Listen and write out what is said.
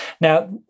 Now